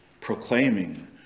proclaiming